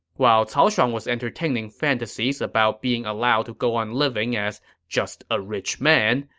while cao shuang was entertaining fantasies about being allowed to go on living as just a rich man,